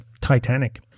Titanic